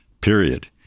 period